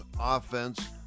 offense-